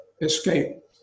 escape